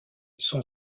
son